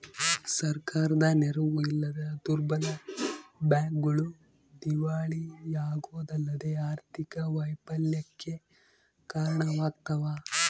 ಸರ್ಕಾರದ ನೆರವು ಇಲ್ಲದ ದುರ್ಬಲ ಬ್ಯಾಂಕ್ಗಳು ದಿವಾಳಿಯಾಗೋದಲ್ಲದೆ ಆರ್ಥಿಕ ವೈಫಲ್ಯಕ್ಕೆ ಕಾರಣವಾಗ್ತವ